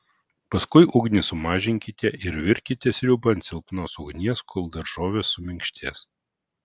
paskui ugnį sumažinkite ir virkite sriubą ant silpnos ugnies kol daržovės suminkštės